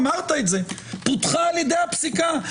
אמרת זאת - פותחה על ידי הפסיקה.